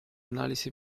analisi